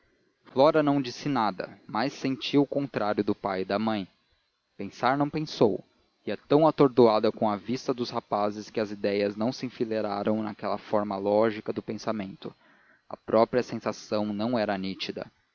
flora não disse nada mas sentia o contrário do pai e da mãe pensar não pensou ia tão atordoada com a vista dos rapazes que as ideias não se enfileiraram naquela forma lógica do pensamento a própria sensação não era nítida